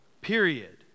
period